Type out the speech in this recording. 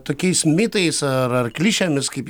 tokiais mitais ar ar klišėmis kaip